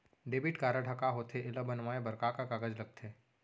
Debit card ह का होथे एला बनवाए बर का का कागज लगथे?